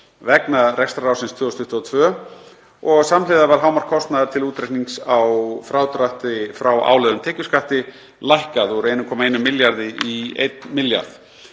vegna rekstrarársins 2022 og samhliða var hámark kostnaðar til útreiknings á frádrætti frá álögðum tekjuskatti lækkað úr 1,1 milljarði kr. í 1 milljarð